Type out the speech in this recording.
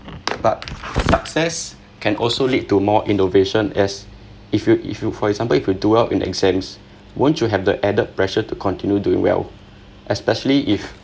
but success can also lead to more innovation as if you if you for example if you do well in exams won't you have the added pressure to continue doing well especially if